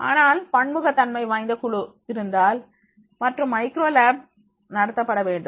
ஆனால் பன்முகத் தன்மை வாய்ந்த குழு இருந்தால் மற்றும் மைக்ரோ லேப் நடத்தப்பட வேண்டும்